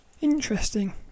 interesting